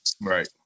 Right